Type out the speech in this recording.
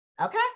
Okay